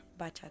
Bachata